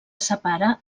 separa